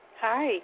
Hi